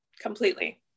Completely